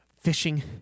Fishing